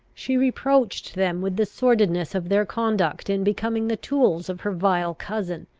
she reproached them with the sordidness of their conduct in becoming the tools of her vile cousin,